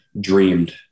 dreamed